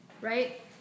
right